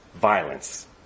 violence